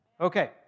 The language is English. Okay